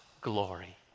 glory